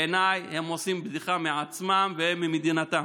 בעיניי הם עושים בדיחה מעצמם וממדינתם.